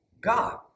God